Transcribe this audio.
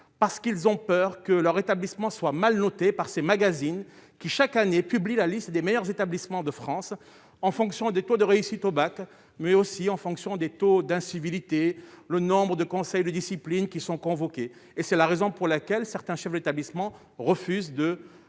parce qu'ils ont peur que leur établissement soit mal noté par ces magazines qui, chaque année, publie la liste des meilleurs établissements de France, en fonction des taux de réussite au bac, mais aussi en fonction des taux d'incivilité, le nombre de conseils de discipline qui sont convoqués et c'est la raison pour laquelle certains chefs d'établissement refuse de